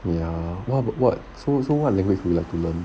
ya what about what so so what language would you like to learn